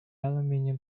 aluminium